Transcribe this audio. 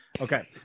Okay